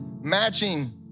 matching